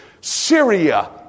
Syria